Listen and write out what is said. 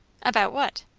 about what?